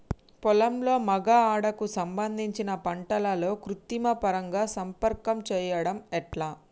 పొలంలో మగ ఆడ కు సంబంధించిన పంటలలో కృత్రిమ పరంగా సంపర్కం చెయ్యడం ఎట్ల?